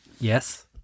Yes